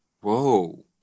whoa